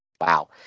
Wow